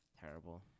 Terrible